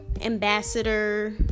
ambassador